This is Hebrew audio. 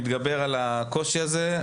פתרון שמתגבר על הקושי הזה,